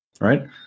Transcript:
Right